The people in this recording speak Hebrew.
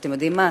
ואתם יודעים מה,